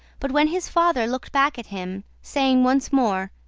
but when his father looked back at him, saying once more,